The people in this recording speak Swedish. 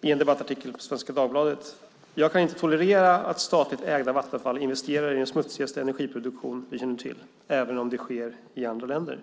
i en debattartikel i Svenska Dagbladet: Jag kan inte tolerera att statligt ägda Vattenfall investerar i den smutsigaste energiproduktion vi känner till, även om det sker i andra länder.